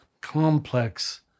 complex